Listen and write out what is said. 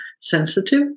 sensitive